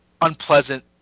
unpleasant